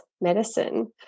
medicine